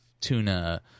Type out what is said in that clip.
tuna